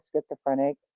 schizophrenic